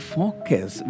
focus